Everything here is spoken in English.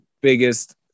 biggest